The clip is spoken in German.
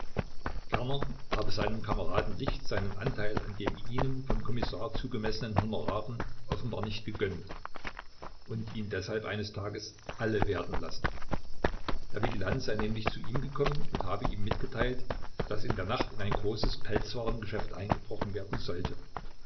kerner habe seinem kameraden licht seinen anteil an den ihnen vom kommissar zugemessenen honoraren offenbar nicht gegönnt und ihn deshalb eines tages alle werden lassen der vigilant sei nämlich zu ihm gekommen und habe ihm mitgeteilt daß in der nacht in ein großes pelzwarengeschäft eingebrochen werden sollte